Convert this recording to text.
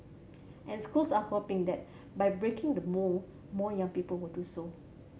and schools are hoping that by breaking the mould more young people will do so